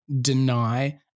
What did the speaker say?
deny